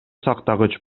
сактагыч